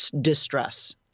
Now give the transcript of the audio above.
distress